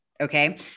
Okay